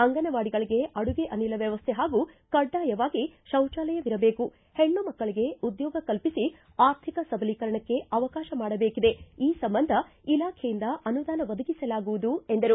ಅಂಗನವಾಡಿಗಳಿಗೆ ಅಡುಗೆ ಅನಿಲ ವ್ಯವಸ್ಥೆ ಹಾಗೂ ಕಡ್ಡಾಯವಾಗಿ ಶೌಚಾಲಯವಿರಬೇಕು ಹೆಣ್ಣು ಮಕ್ಕಳಿಗೆ ಉದ್ಯೋಗ ಕಲ್ಪಿಸಿ ಆರ್ಥಿಕ ಸಬಲೀಕರಣಕ್ಕೆ ಅವಕಾಶ ಮಾಡಬೇಕಿದೆ ಈ ಸಂಬಂಧ ಇಲಾಖೆಯಿಂದ ಅನುದಾನ ಒದಗಿಸಲಾಗುವುದು ಎಂದರು